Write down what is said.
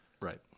Right